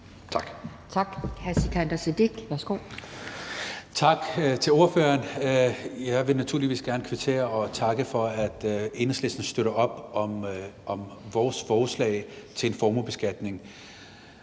(FG): Tak til ordføreren. Jeg vil naturligvis gerne kvittere og takke for, at Enhedslisten støtter op om vores forslag til en formuebeskatning,